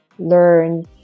learn